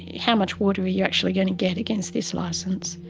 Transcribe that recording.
how much water are you actually going to get against this licence?